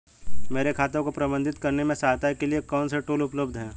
मेरे खाते को प्रबंधित करने में सहायता के लिए कौन से टूल उपलब्ध हैं?